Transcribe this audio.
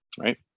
right